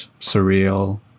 surreal